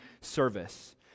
service